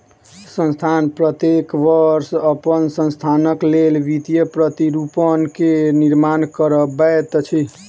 संस्थान प्रत्येक वर्ष अपन संस्थानक लेल वित्तीय प्रतिरूपण के निर्माण करबैत अछि